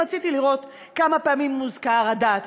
רציתי לראות כמה פעמים מוזכרת הדת,